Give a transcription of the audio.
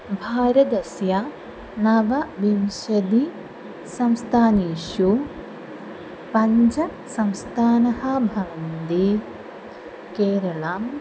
भारतस्य नवविंशति संस्थानेषु पञ्चसंस्थाः भवन्ति केरलम्